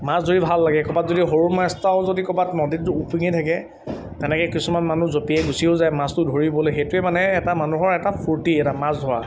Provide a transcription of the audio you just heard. মাছ ধৰি ভাল লাগে ক'ৰবাত যদি সৰু মাছটাও যদি ক'ৰবাত নদীত উপঙি থাকে তেনেকৈ কিছুমান মানুহ জপিয়াই গুচিও যায় মাছটো ধৰিবলৈ সেইটোৱে মানে এটা মানুহৰ এটা ফূৰ্তি এটা মাছ ধৰা